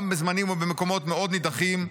גם בזמנים ובמקומות מאוד נידחים,